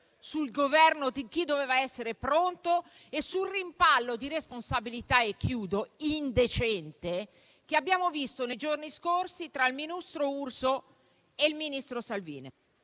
sul Governo di chi doveva essere pronto e sul rimpallo di responsabilità indecente che abbiamo visto nei giorni scorsi tra il ministro Urso e il ministro Salvini.